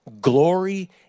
glory